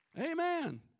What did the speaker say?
Amen